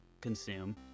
consume